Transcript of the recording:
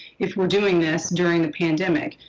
if we're doing this during the pandemic.